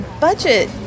budget